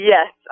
Yes